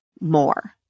more